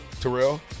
Terrell